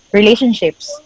relationships